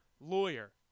Lawyer